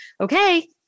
okay